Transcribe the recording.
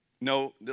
No